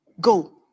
go